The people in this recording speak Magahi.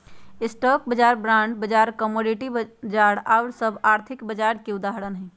स्टॉक बाजार, बॉण्ड बाजार, कमोडिटी बाजार आउर सभ आर्थिक बाजार के उदाहरण हइ